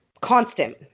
Constant